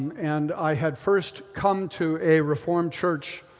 and i had first come to a reformed church,